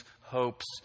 hopes